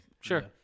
sure